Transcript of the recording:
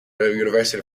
university